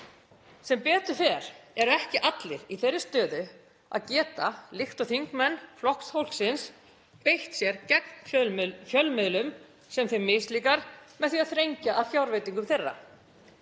Sem betur fer eru ekki allir í þeirri stöðu að geta, líkt og þingmenn Flokks fólksins, beitt sér gegn fjölmiðlum sem þeim mislíkar með því að þrengja að fjárveitingum þeirra.